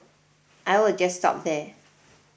I will just stop there